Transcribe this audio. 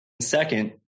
Second